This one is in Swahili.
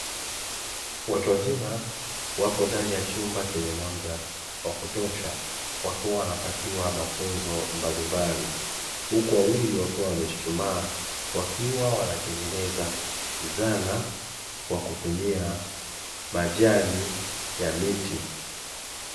Watu wazima wapo ndani ya chumba chenye mwanga wa kutosha, wapo wanapatiwa mafunzo mbalimbali, huku wawili wapo wamechuchumaa wakiwa wakiwa watengeneza zana kwa kutumia majani ya miti.